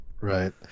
Right